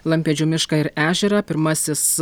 lampėdžių mišką ir ežerą pirmasis